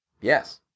Yes